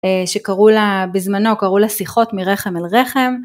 שבזמנו קראו לה שיחות מרחם אל רחם